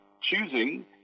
choosing